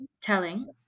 telling